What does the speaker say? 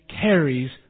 carries